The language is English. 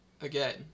again